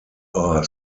are